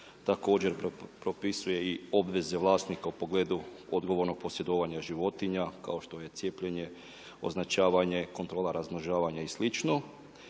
Također propisuje i obveze vlasnika u pogledu odgovornog posjedovanja životinja kao što je cijepljenje, označavanje, kontrola razmnožavanja i